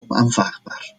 onaanvaardbaar